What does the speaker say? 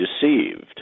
deceived